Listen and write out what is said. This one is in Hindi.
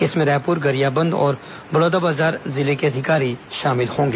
इसमें रायपुर गरियाबंद और बलौदाबाजार जिले के अधिकारी शामिल होंगे